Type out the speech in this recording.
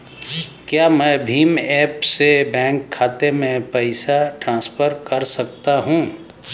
क्या मैं भीम ऐप से बैंक खाते में पैसे ट्रांसफर कर सकता हूँ?